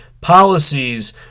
policies